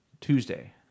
Tuesday